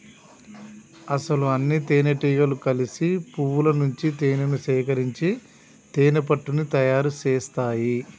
అసలు అన్నితేనెటీగలు కలిసి పువ్వుల నుంచి తేనేను సేకరించి తేనెపట్టుని తయారు సేస్తాయి